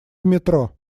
метро